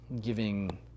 giving